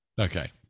Okay